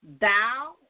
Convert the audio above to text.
thou